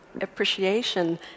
appreciation